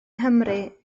nghymru